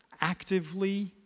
actively